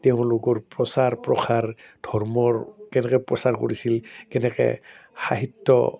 তেওঁলোকৰ প্ৰচাৰ প্ৰসাৰ ধৰ্মৰ কেনেকৈ প্ৰচাৰ কৰিছিল কেনেকৈ সাহিত্য